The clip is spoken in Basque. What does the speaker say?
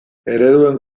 ereduen